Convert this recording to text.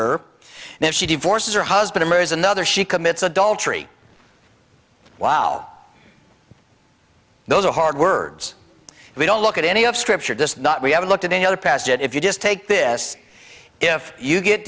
her and if she divorces her husband is another she commits adultery while those are hard words we don't look at any of scripture does not we haven't looked at any other passages if you just take this if you get